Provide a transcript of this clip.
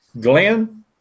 Glenn